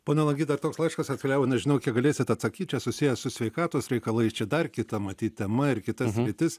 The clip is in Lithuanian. pone langy dar toks laiškas atkeliavo nežinau kiek galėsit atsakyt čia susiję su sveikatos reikalais čia dar kita matyt tema ir kita sritis